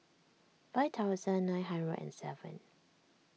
five thousand nine hundred and seven